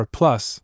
plus